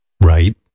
Right